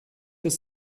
ist